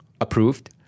approved